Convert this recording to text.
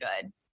good